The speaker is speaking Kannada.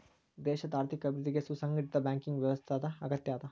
ದೇಶದ್ ಆರ್ಥಿಕ ಅಭಿವೃದ್ಧಿಗೆ ಸುಸಂಘಟಿತ ಬ್ಯಾಂಕಿಂಗ್ ವ್ಯವಸ್ಥಾದ್ ಅಗತ್ಯದ